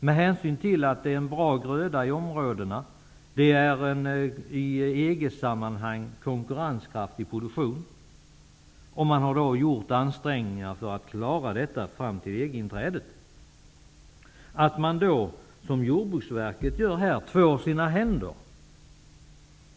Grödan är bra för området, och det är en i EG-sammanhang konkurrenskraftig produktion. Man har gjort ansträngningar för att klara detta fram till EG inträdet. Nu tvår man på Jordbruksverket sina händer.